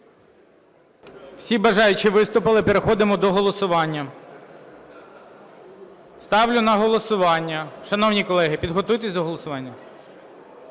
Всі бажаючі виступили, переходимо до голосування. Ставлю на голосування… Шановні колеги, підготуйтесь до голосування.